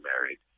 married